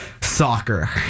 Soccer